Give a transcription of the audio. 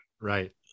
Right